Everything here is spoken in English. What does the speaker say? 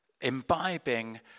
imbibing